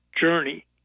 journey